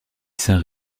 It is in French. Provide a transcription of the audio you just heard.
saint